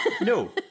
No